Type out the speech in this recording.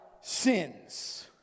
sins